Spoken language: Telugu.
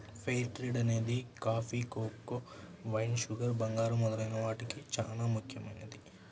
ఫెయిర్ ట్రేడ్ అనేది కాఫీ, కోకో, వైన్, షుగర్, బంగారం మొదలైన వాటికి చానా ముఖ్యమైనది